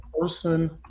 person